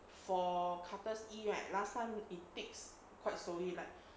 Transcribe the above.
for karthus E right last time it takes quite slowly like